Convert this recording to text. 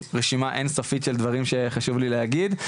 רשימה אינסופית של דברים שחשוב לי להגיד.